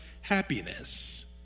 happiness